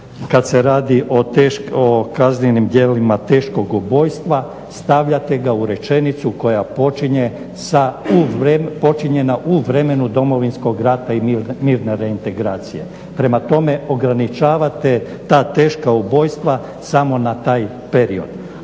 kad se radi o kaznenim djelima teškog ubojstva stavljate ga u rečenicu koja počinje sa počinjena u vremenu Domovinskog rata i mirne reintegracije. Prema tome ograničavate ta teška ubojstva samo na taj period.